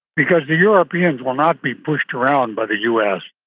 because the europeans will not be pushed around by the u s.